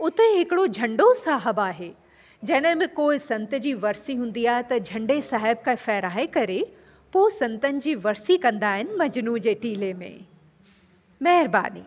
उते हिकिड़ो झंडो साहिबु आहे जॾहिं बि कोई संत जी वरसी हूंदी आहे त झंडे साहिबु खां फहिराए करे पोइ संतनि जी वरिसी कंदा आहिनि मजनू जे टीले में महिरबानी